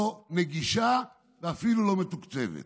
לא נגישה ואפילו לא מתוקצבת.